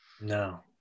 No